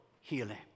healing